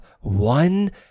one